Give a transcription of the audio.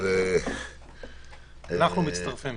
אנחנו מצטרפים.